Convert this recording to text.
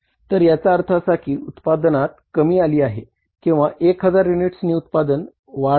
तर याचा अर्थ असा की उत्पादनात कमी आली आहे किंवा 1000 युनिट्सनी उत्पादनात वाढ आहे